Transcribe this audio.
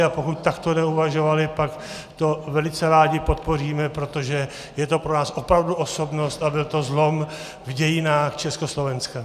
A pokud takto neuvažovali, pak to velice rádi podpoříme, protože je to pro nás opravdu osobnost a byl to zlom v dějinách Československa.